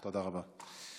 תודה רבה.